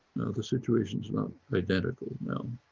the situation is not identical. now,